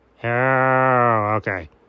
okay